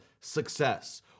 success